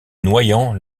noyant